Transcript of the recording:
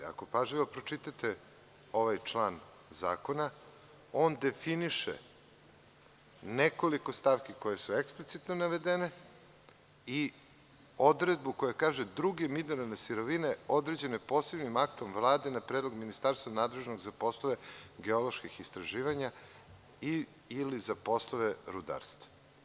Ako pažljivo pročitate ovaj član zakona, on definiše nekoliko stavki koje su eksplicitno navedene i odredbu koja kaže – druge mineralne sirovine određene posebnim aktom Vlade na predlog Ministarstva nadležnog za poslove geoloških istraživanja ili za poslove rudarstva.